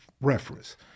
reference